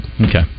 Okay